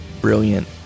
Brilliant